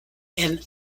and